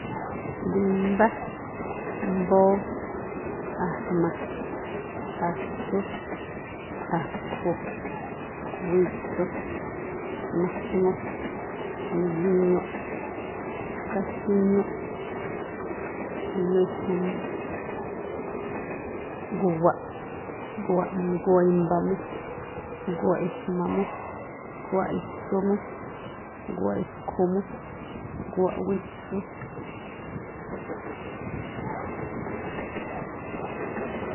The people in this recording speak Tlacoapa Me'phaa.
Ndimbá, mbóó, a̱jma̱, atsú, akhu̱, witsu, majŋu, migiñuꞌ, mbá skíñúꞌ, gu̱wa̱ꞌ, gu̱wa̱ꞌ i̱mba̱mu, gu̱wa̱ꞌ i̱jma̱mu, gu̱wa̱ꞌ i̱tsu̱mu, gu̱wa̱ꞌ i̱khu̱mu, gu̱wa̱ꞌ witsu.